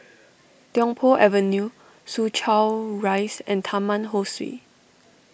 Tiong Poh Avenue Soo Chow Rise and Taman Ho Swee